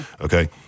okay